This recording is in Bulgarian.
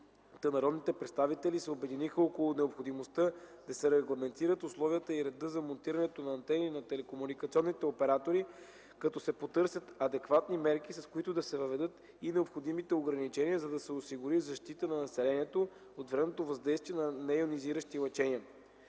народните представители се обединиха около необходимостта да се регламентират условията и реда за монтирането на антени на телекомуникационните оператори, като се потърсят адекватни мерки, с които да се въведат и необходимите ограничения, за да се осигури защита на населението от вредното въздействие на нейонизиращи лъчения.